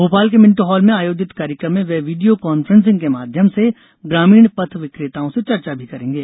भोपाल के Minto Hall में आयोजित कार्यक्रम में वे वीडियो कान्फ्रेंसिंग के माध्यम से ग्रामीण पथ विक्रेताओं से चर्चा भी करेंगे